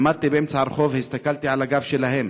עמדתי באמצע הרחוב והסתכלתי על הגב שלהם.